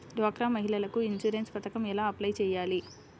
డ్వాక్రా మహిళలకు ఇన్సూరెన్స్ పథకం ఎలా అప్లై చెయ్యాలి?